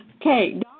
Okay